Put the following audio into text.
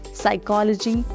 psychology